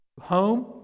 home